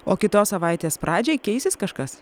o kitos savaitės pradžiai keisis kažkas